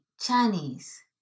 Chinese